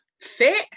Fit